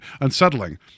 unsettling